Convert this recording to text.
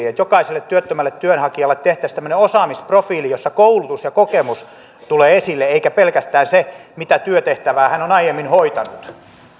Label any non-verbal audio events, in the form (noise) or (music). (unintelligible) että jokaiselle työttömälle työnhakijalle tehtäisiin tämmöinen osaamisprofiili jossa koulutus ja kokemus tulee esille eikä pelkästään se mitä työtehtävää hän on aiemmin hoitanut